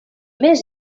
més